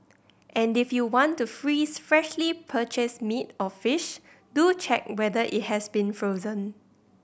and if you want to freeze freshly purchased meat or fish do check whether it has been frozen